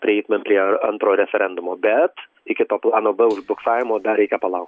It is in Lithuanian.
prieitumėm prie antro referendumo bet iki to plano b užbuksavimo dar reikia palau